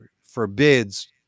forbids